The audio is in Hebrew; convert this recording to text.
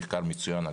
מחקר מצוין אגב,